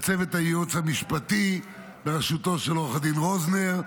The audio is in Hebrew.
לצוות הייעוץ המשפטי, בראשותו של עו"ד רוזנר,